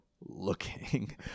looking